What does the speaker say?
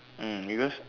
mm because